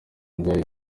nzira